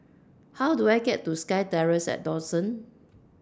How Do I get to SkyTerrace At Dawson